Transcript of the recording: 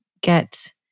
get